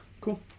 Cool